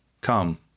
Come